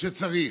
שצריך.